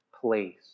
place